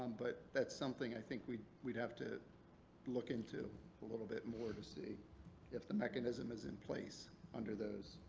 but that's something i think we'd we'd have to look into a little bit more to see if the mechanism is in place under those,